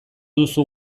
duzu